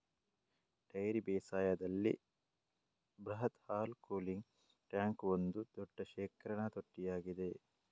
dairy ಬೇಸಾಯದಲ್ಲಿ ಬೃಹತ್ ಹಾಲು ಕೂಲಿಂಗ್ ಟ್ಯಾಂಕ್ ಒಂದು ದೊಡ್ಡ ಶೇಖರಣಾ ತೊಟ್ಟಿಯಾಗಿದೆ